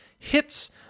hits